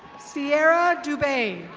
sierra dubay.